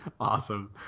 Awesome